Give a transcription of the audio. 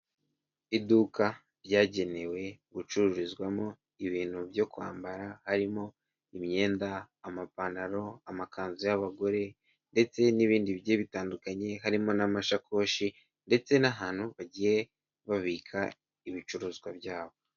Iduka ryagenewe gucururizwamo ibintu byo kwambara harimo imyenda, amapantaro, amakanzu y'abagore ndetse n'ibindi bigiye bitandukanye harimo n'amashakoshi ndetse n'ahantu bagiye babika ibicuruzwa byabo.